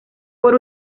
por